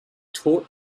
taught